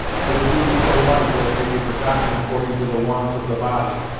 as a duty so light that it may be forgotten according to the wants of the body,